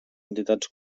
entitats